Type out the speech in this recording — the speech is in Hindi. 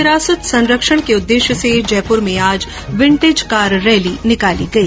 विरासत संरक्षण के उद्देश्य से जयपुर में आज विंटेज कार रैली निकाली गई